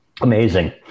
Amazing